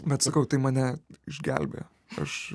bet sakau tai mane išgelbėjo aš